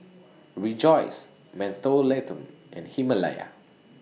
Rejoice Mentholatum and Himalaya